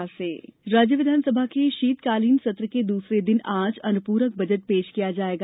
विधानसभा सत्र राज्य विधानसभा के शीतकालीन सत्र के दूसरे दिन आज अनुपूरक बजट पेश किया जायेगा